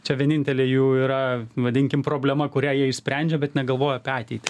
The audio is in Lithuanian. čia vienintelė jų yra vadinkim problema kurią jie išsprendžia bet negalvoja apie ateitį